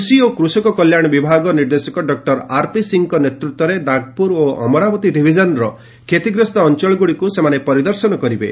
କୃଷି ଓ କୃଷକ କଲ୍ୟାଣ ବିଭାଗ ନିର୍ଦ୍ଦେଶକ ଡକ୍ଟର ଆର୍ପି ସିଂହଙ୍କ ନେତୃତ୍ୱରେ ନାଗପୁର ଓ ଅମରାବତୀ ଡିଭିଜନ୍ର କ୍ଷତିଗ୍ରସ୍ତ ଅଞ୍ଚଳଗୁଡ଼ିକୁ ପରିଦର୍ଶନ କରିବେ